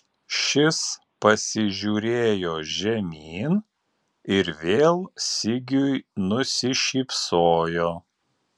šis pasižiūrėjo žemyn ir vėl sigiui nusišypsojo